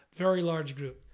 very large group.